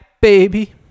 Baby